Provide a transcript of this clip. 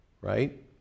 right